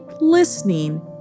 listening